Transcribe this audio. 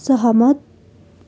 सहमत